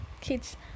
kids